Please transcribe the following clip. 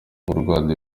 murwanda